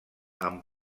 amb